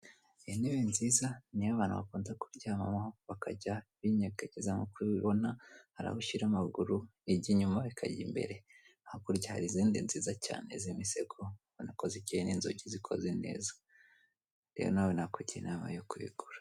Intebe nziza niyo abantu bakunda kuryamamo bakajya binyeganyeza nk'uko ubibona hari ushyira amaguru ijya inyuma ikajya imbere, hakurya hari izindi nziza cyane z'imisego ubona ko zikeye n'inzugi zikoze neza rero nawe nakugira inama yo kuyigura.